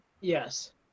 Yes